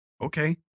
Okay